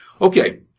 Okay